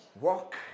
walk